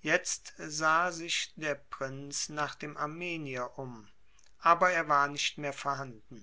jetzt sahe sich der prinz nach dem armenier um aber er war nicht mehr vorhanden